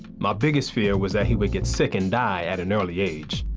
my biggest fear was that he would get sick and die at an early age.